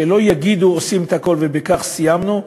שלא יגידו "עושים הכול", ובכך סיימנו,